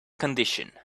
condition